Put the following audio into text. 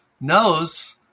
knows